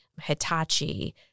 Hitachi